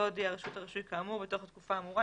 לא הודיעה רשות הרישוי כאמור בתוך התקופה האמורה,